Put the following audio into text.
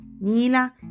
Nila